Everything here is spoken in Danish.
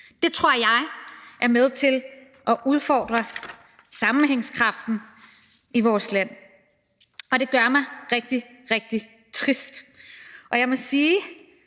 Det tror jeg er med til at udfordre sammenhængskraften i vores land, og det gør mig rigtig, rigtig trist. Jeg må sige,